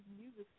music